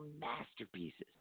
masterpieces